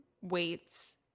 weights